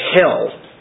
hell